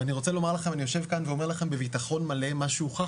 ואני יושב כאן ואומר לכם בביטחון מלא מה שהוכח